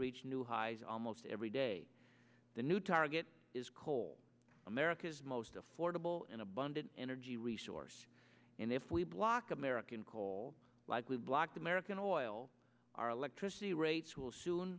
reach new highs almost every day the new target is coal america's most affordable and abundant energy resource and if we block american coal likely blocked american oil our electricity rates will soon